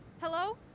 Hello